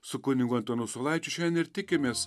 su kunigu antanu saulaičiu šiandien ir tikimės